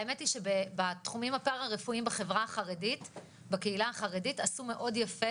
האמת היא שבתחומים הפרה-רפואיים בקהילה החרדית עשו מאוד יפה